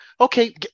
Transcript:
okay